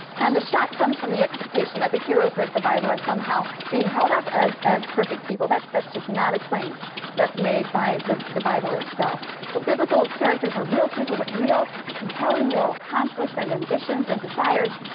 and the shock comes from the expectation that the heroes of the bible are somehow being held up as as perfect people. that's that's just not a claim that's made by the the bible itself. so biblical characters are real people with real, compelling moral conflicts and ambitions and desires,